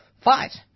fight